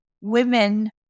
women